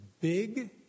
big